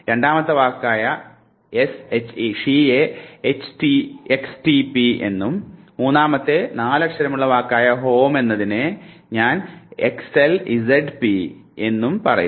രണ്ടാമത്തെ വാക്കായ she യെ xtp എന്നും മൂന്നാമത്തെ 4 അക്ഷരമുള്ള വാക്കായ home എന്നതിനെ ഞാൻ xlzp എന്നും പറയുന്നു